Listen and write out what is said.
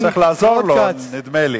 חבר הכנסת כץ, אתה צריך לעזור לו, נדמה לי.